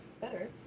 better